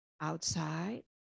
outside